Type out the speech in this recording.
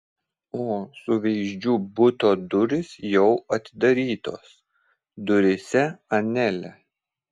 o suveizdžių buto durys jau atidarytos duryse anelė